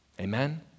Amen